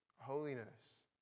holiness